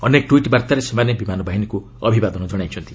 ଅନେକ ଟ୍ୱିଟ୍ ବାର୍ତ୍ତାରେ ସେମାନେ ବିମାନ ବାହିନୀକୁ ଅଭିବାଦନ କଣାଇଛନ୍ତି